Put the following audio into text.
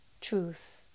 truth